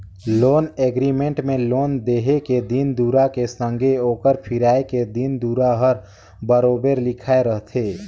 loan agreement में loan देहे के दिन दुरा के संघे ओकर फिराए के दिन दुरा हर बरोबेर लिखाए रहथे